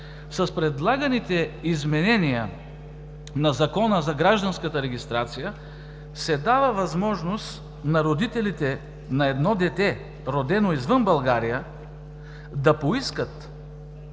С предлаганите изменения на Закона за гражданската регистрация се дава възможност на родителите на дете, родено извън България, да поискат